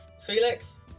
Felix